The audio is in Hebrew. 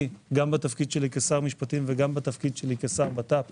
אני גם בתפקידי כשר משפטים וגם בתפקידי כשר לביטחון הפנים